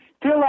till